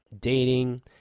dating